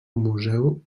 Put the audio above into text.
museu